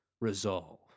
resolve